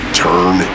turn